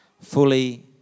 fully